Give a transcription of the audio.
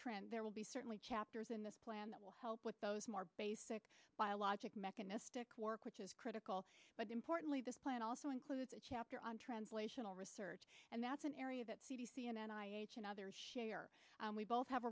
trend there will be certainly chapters in this plan that will help with those more basic biologic mechanistic work which is critical but importantly this plan also includes a chapter on translational research and that's an area that c d c and i h and others share we both have